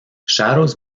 shadows